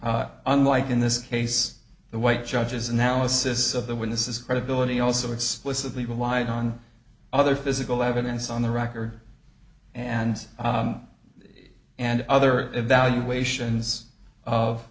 unlike in this case the white judge's analysis of the when this is credibility also explicitly relied on other physical evidence on the record and and other evaluations of